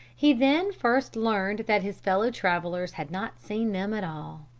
he then first learnt that his fellow-travellers had not seen them at all.